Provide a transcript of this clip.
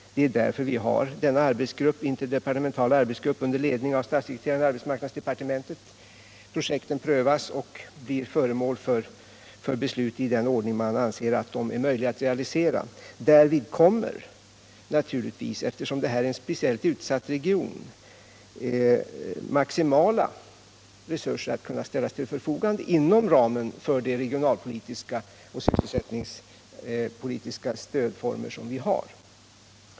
Det är därför vi har den interdepartementala arbetsgruppen under ledning av statssekreteraren i arbetsmarknadsdepartementet. Projekten prövas av arbetsgruppen och blir föremål för beslut i den ordning man anser de är möjliga att realisera. Eftersom det här gäller en speciellt utsatt region kommer naturligtvis maximala resurser att ställas till förfogande inom ramen för de regionalpolitiska och sysselsättningspolitiska stödformer vi har.